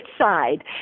side